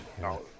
No